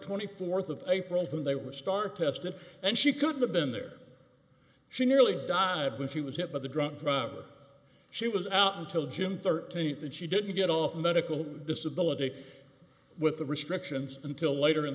twenty fourth of april when they would start testing and she could have been there she nearly died when she was hit by the drunk driver she was out until june thirteenth and she didn't get off medical disability with the restrictions until later in